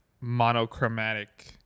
monochromatic